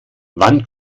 wann